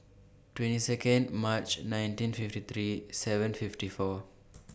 twenty seconde March nineteen fifty three seven fifty four